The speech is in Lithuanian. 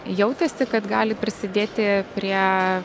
jautėsi kad gali prisidėti prie